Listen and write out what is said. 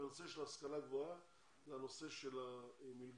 בנושא של ההשכלה הגבוהה זה הנושא של המלגות,